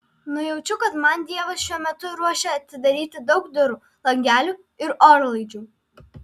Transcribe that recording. nujaučiu kad man dievas šiuo metu ruošia atidaryti daug durų langelių ir orlaidžių